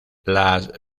las